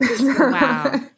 Wow